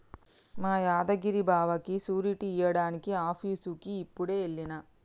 మా యాదగిరి బావకి సూరిటీ ఇయ్యడానికి ఆఫీసుకి యిప్పుడే ఎల్లిన